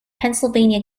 pennsylvania